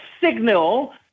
signal